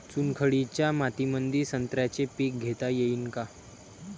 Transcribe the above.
चुनखडीच्या मातीमंदी संत्र्याचे पीक घेता येईन का?